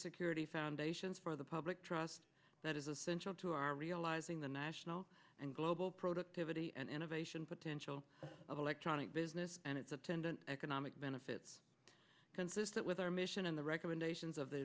security foundations for the public trust that is essential to our realizing the national and global productivity and innovation potential of electronic business and its attendant economic benefits consistent with our mission in the recommendations of the